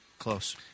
Close